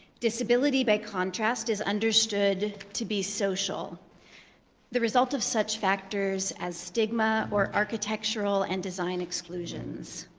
disability, by contrast, is understood to be social the result of such factors as stigma or architectural and design exclusions.